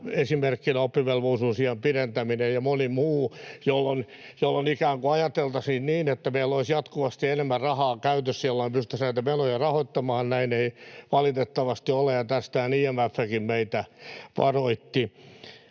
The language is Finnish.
esimerkkinä oppivelvollisuusiän pidentäminen ja moni muu — jolloin ikään kuin ajateltaisiin niin, että meillä olisi jatkuvasti enemmän rahaa käytössä, jolla me pystyttäisiin näitä menoja rahoittamaan. Näin ei valitettavasti ole, ja tästähän IMF:kin meitä varoitti